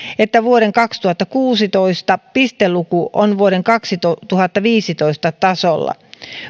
että vuoden kaksituhattakuusitoista pisteluku on vuoden kaksituhattaviisitoista tasolla